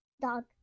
Dog